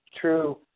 true